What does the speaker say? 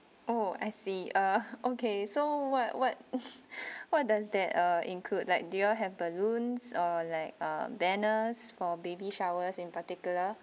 oh I see ah okay so what what what does that include like do you all have balloons or like banners for baby showers in particular